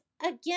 Again